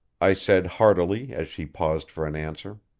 i said heartily, as she paused for an answer.